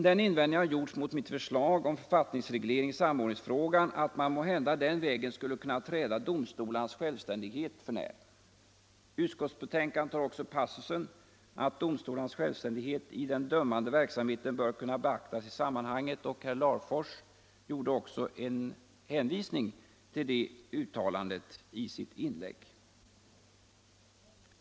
Den invändningen EA TRE NEAR har gjorts mot mitt förslag om författningsreglering i samordningsfrågan Ansvar för funktioatt man måhända den vägen skulle kunna träda domstolarnas självstän — närer i offentlig dighet för när. Utskottsbetänkandet har också passusen: ”Domstolarnas verksamhet självständighet i den dömande verksamheten bör också beaktas i sammanhanget.” Herr Larfors gjorde också en hänvisning till det uttalandet i sitt inlägg.